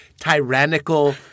tyrannical